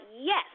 yes